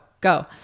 go